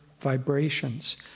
vibrations